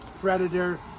Predator